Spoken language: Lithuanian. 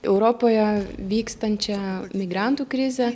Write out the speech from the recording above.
europoje vykstančią migrantų krizę